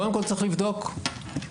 קודם כל צריך לבדוק, בסדר?